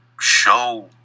show